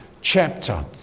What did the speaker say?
chapter